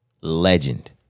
legend